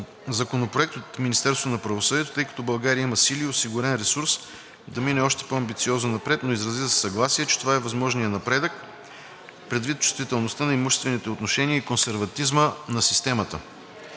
Законопроект от Министерството на правосъдието, тъй като България има сили и осигурен ресурс да мине още по амбициозно напред, но изрази съгласие, че това е възможният напредък предвид чувствителността на имуществените отношения и консерватизма на системата.